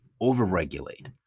over-regulate